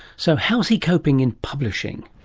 so how is he coping in publishing?